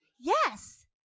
Yes